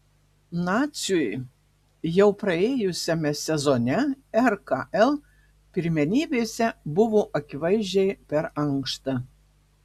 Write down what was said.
naciui jau praėjusiame sezone rkl pirmenybėse buvo akivaizdžiai per ankšta